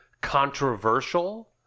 controversial